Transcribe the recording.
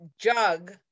jug